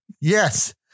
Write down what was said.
Yes